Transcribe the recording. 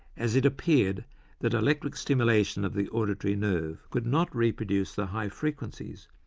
as it appeared that electrical stimulation of the auditory nerve could not reproduce the high frequencies,